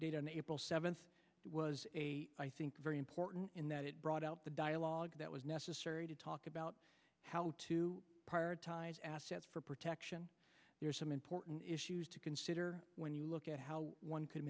dated april seventh was a i think very important in that it brought out the dialogue that was necessary to talk about how to prioritize assets for protection some important issues to consider when you look at how one could